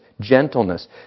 gentleness